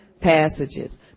passages